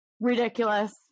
ridiculous